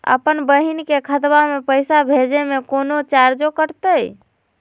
अपन बहिन के खतवा में पैसा भेजे में कौनो चार्जो कटतई?